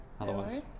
otherwise